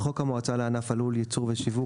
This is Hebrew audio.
תיקון חוק המועצה לענף הלול (ייצור ושיווק),